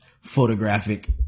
photographic